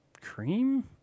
cream